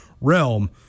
realm